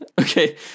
Okay